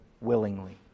willingly